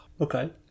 okay